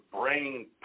brain